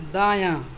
دایاں